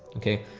okay.